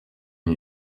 une